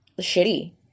shitty